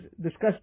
discussed